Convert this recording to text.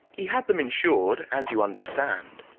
he had them insured, as you understand,